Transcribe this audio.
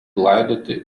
laidoti